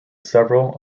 several